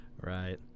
Right